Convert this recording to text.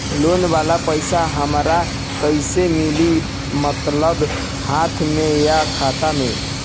Loan वाला पैसा हमरा कइसे मिली मतलब हाथ में या खाता में?